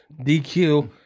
DQ